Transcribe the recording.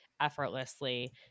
effortlessly